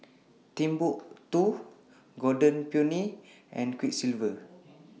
Timbuk two Golden Peony and Quiksilver